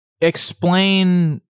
Explain